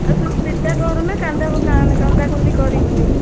ଆଉ ତୁ ଚିନ୍ତା କରନା କାନ୍ଦ କନ୍ଦା କନ୍ଦି କରିବୁନି